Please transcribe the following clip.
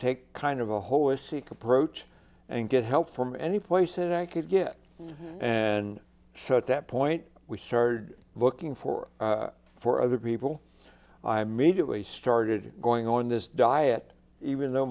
take kind of a holistic approach and get help from any place that i could get and set that point we started looking for for other people i meet it we started going on this diet even though